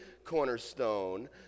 cornerstone